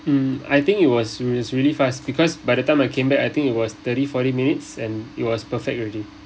mm I think it was really it was really fast because by the time I came back I think it was thirty forty minutes and it was perfect already